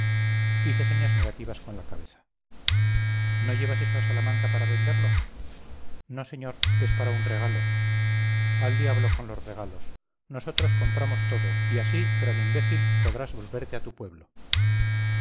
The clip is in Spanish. hice señas negativas con la cabeza no llevas eso a salamanca para venderlo no señor es para un regalo al diablo con los regalos nosotros compramos todo y así gran imbécil podrás volverte a tu pueblo